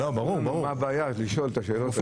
מה הבעיה לשאול את השאלות האלה --- ברור,